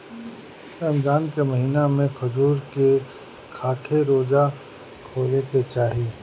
रमजान के महिना में खजूर के खाके रोज़ा खोले के चाही